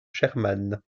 sherman